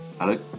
Hello